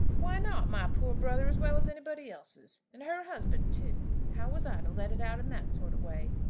why not my poor brother as well as anybody else's? and her husband too! how was i to let it out in that sort of way?